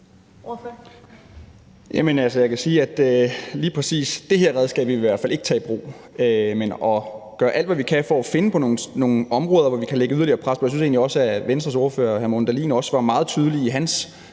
jeg kan sige, at lige præcis det her redskab vil vi i hvert fald ikke tage i brug, men vi vil gøre alt, hvad vi kan, for at finde nogle områder, hvor der kan lægges yderligere pres. Jeg synes egentlig også, at Venstres ordfører, hr. Morten Dahlin, var meget tydelig med